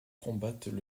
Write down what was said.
combattent